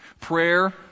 Prayer